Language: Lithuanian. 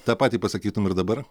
tą patį pasakytum ir dabar